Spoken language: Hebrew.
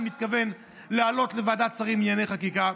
מתכוון לעלות לוועדת שרים לענייני חקיקה,